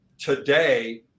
today